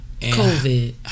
COVID